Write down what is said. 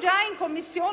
Già in Commissione ho avuto modo di dire al relatore ed al rappresentante del Governo che forse una